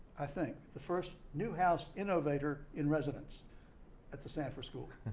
i think, the first newhouse innovator in residence at the sanford school.